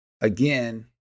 again